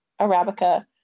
Arabica